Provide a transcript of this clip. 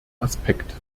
aspekt